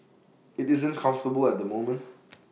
IT isn't comfortable at the moment